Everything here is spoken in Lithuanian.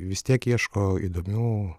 vis tiek ieško įdomių